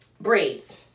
braids